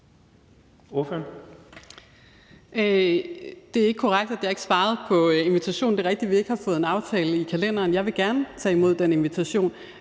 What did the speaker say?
Det er ikke korrekt, at jeg ikke svarede på invitationen. Det er rigtigt, at vi ikke har fået en aftale i kalenderen. Jeg vil gerne tage imod den invitation;